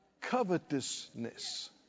covetousness